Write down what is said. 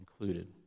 included